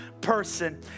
person